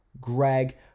greg